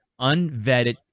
unvetted